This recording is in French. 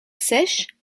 seiches